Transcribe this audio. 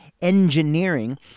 engineering